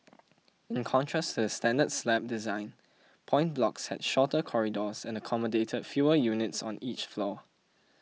in contrast to the standard slab design point blocks had shorter corridors and accommodated fewer units on each floor